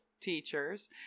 teachers